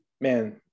Man